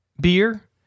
beer